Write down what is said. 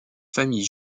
famille